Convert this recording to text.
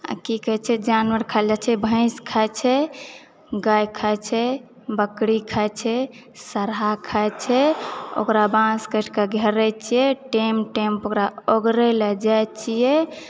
आ की कहै छै जानवर खाए लए छै भैंस खाए छै गाय खाए छै बकरी खाए छै सरहा खाय छै ओकरा बाँस काटि कऽ घेरै छिऐ टेम टेम पर ओकरा ओगरै लए जाए छिऐ